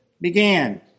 began